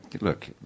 look